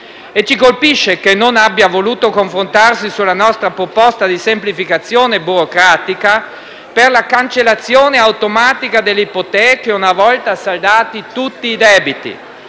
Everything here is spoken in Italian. Ci colpisce che non abbia voluto confrontarsi sulla nostra proposta di semplificazione burocratica per la cancellazione automatica delle ipoteche, una volta saldati tutti i debiti.